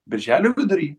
birželio vidurį